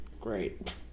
Great